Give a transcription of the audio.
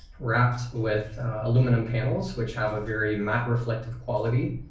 wrapped with aluminum panels which have a very macro reflective quality.